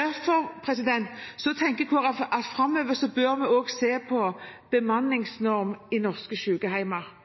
Derfor tenker Kristelig Folkeparti at vi framover også bør se på en bemanningsnorm i norske